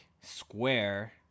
Square